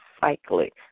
cyclic